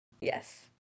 Yes